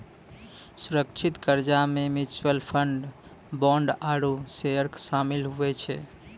सुरक्षित कर्जा मे म्यूच्यूअल फंड, बोंड आरू सेयर सामिल हुवै छै